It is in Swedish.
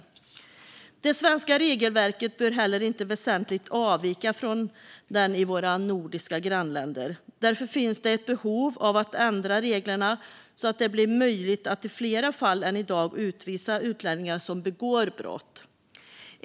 Det svenska regelverket bör heller inte väsentligt avvika från de i våra nordiska grannländer. Därför finns ett behov av att ändra reglerna så att det blir möjligt att i fler fall än i dag utvisa utlänningar som begår brott.